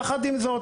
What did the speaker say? יחד עם זאת,